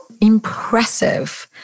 impressive